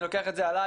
אני לוקח את זה עליי.